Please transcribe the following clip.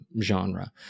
genre